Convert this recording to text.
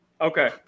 Okay